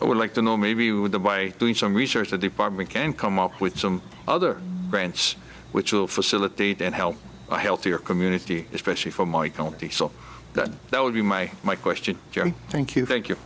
i would like to know maybe with the by doing some research the department can come up with some other grants which will facilitate and help a healthier community especially for my county so that that would be my my question thank you thank you